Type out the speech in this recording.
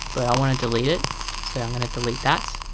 but i want to delete it so i'm gonna delete that,